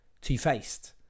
two-faced